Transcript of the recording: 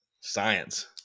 science